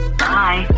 bye